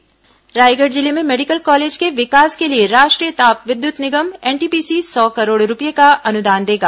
medical college NTPC Raigarh जिले में medical college के विकास के लिए राष्ट्रीय ताप विद्युत निगम एनटीपीसी सौ करोड़ रूपये का अनुदान देगा